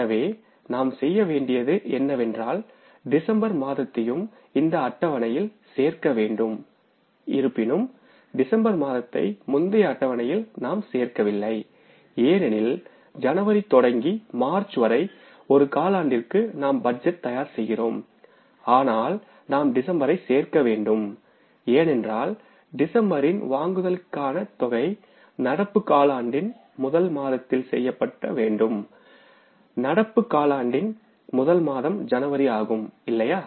எனவே நாம் செய்ய வேண்டியது என்னவென்றால் டிசம்பர் மாதத்தையும் இந்த அட்டவணையில் சேர்க்க வேண்டும் இருப்பினும் டிசம்பர் மாதத்தை முந்தைய அட்டவணையில் நாம் சேர்க்கவில்லை ஏனெனில் ஜனவரி தொடங்கி மார்ச் வரை ஓர் காலாண்டிற்கு நாம் பட்ஜெட் தயார் செய்கிறோம் ஆனால் நாம் டிசம்பரைச் சேர்க்க வேண்டும் ஏனென்றால் டிசம்பரின் வாங்குதலுக்கான தொகை நடப்பு காலாண்டின் முதல் மாதத்தில் செய்யப்பட வேண்டும் நடப்பு காலாண்டின் முதல் மாதம் ஜனவரி ஆகும் இல்லையா